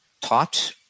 taught